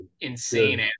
insane